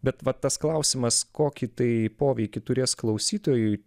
bet va tas klausimas kokį tai poveikį turės klausytojui